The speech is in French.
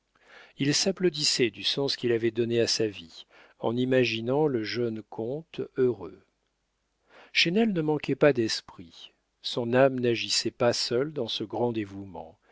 il s'applaudissait du sens qu'il avait donné à sa vie en imaginant le jeune comte heureux chesnel ne manquait pas d'esprit son âme n'agissait pas seule dans ce grand dévouement